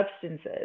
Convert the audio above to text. substances